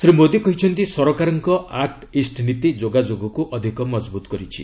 ଶ୍ରୀ ମୋଦି କହିଛନ୍ତି ସରକାରଙ୍କ act east ନୀତି ଯୋଗାଯୋଗକ୍ ଅଧିକ ମଜବୁତ କରିଛି